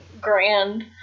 grand